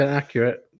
accurate